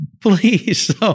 please